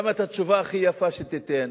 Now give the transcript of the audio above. גם התשובה הכי יפה שתיתן,